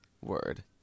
Word